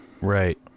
right